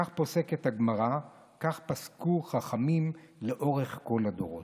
כך פוסקת הגמרא, כך פסקו חכמים לאורך כל הדורות.